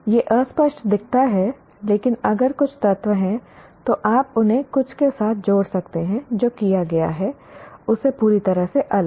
यह अस्पष्ट दिखता है लेकिन अगर कुछ तत्व हैं तो आप उन्हें कुछ के साथ जोड़ सकते हैं जो किया गया है उससे पूरी तरह से अलग